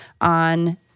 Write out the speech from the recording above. on-